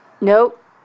Nope